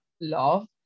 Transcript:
love